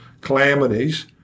calamities